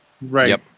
Right